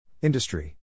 Industry